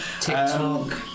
TikTok